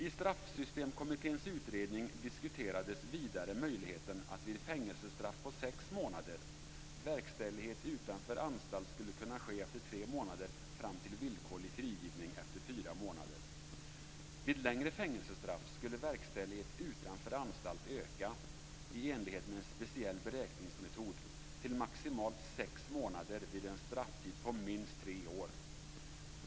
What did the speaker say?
I Straffsystemkommitténs utredning diskuterades vidare möjligheten att verkställighet skulle kunna ske utanför anstalt efter tre månader fram till villkorlig frigivning efter fyra månader, vid fängelsestraff på sex månader. Vid längre fängelsestraff skulle verkställigheten utanför anstalt öka i enlighet med en speciell beräkningsmetod till maximalt sex månader vid en strafftid på minst tre år.